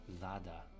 Zada